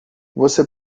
você